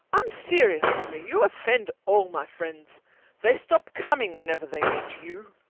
i'm serious, henry. you offend all my friends they stop coming whenever they meet you.